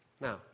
Now